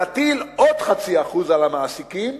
להטיל עוד 0.5% על המעסיקים,